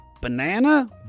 Banana